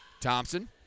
Thompson